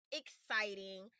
exciting